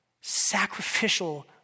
sacrificial